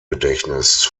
gedächtnis